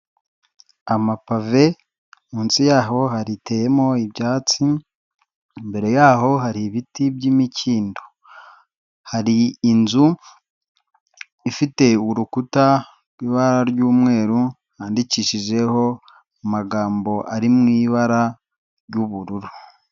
Amapave munsi yaho hariteyemo ibyatsi, imbere yaho hari ibiti by'imikindo, hari inzu ifite urukuta rw'ibara ry'umweru handikishijeho amagambo ari mu ibara ry'ubururu.